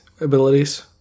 abilities